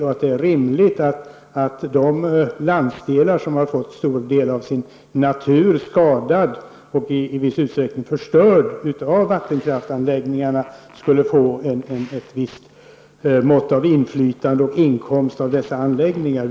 Det är då rimligt att de landsdelar som har fått en stor del av sin natur skadad och i viss utsträckning förstörd av vattenkraftsanläggningarna skulle få ett visst mått av inflytande och inkomst av dessa anläggningar.